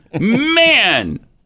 Man